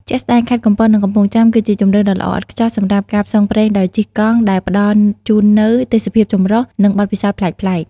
ជាក់ស្ដែង ខេត្ត កំពត និង កំពង់ចាម គឺជាជម្រើសដ៏ល្អឥតខ្ចោះសម្រាប់ការផ្សងព្រេងដោយជិះកង់ ដែលផ្តល់ជូននូវទេសភាពចម្រុះ និងបទពិសោធន៍ប្លែកៗ។